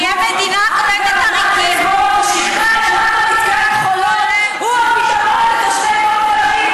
את גם עמדת פה ושכנעת למה מתקן חולות הוא הפתרון לתושבי דרום תל אביב.